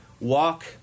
walk